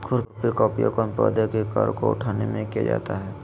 खुरपी का उपयोग कौन पौधे की कर को उठाने में किया जाता है?